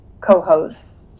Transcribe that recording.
co-hosts